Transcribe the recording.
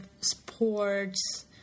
sports